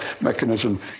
mechanism